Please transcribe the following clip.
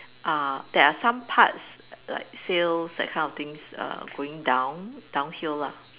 uh there are some parts like sales that kind of things are going down downhill lah